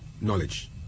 Knowledge